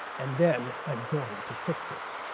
and then i'm going to fix it,